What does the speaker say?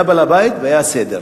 היה בעל-בית והיה סדר,